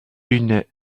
une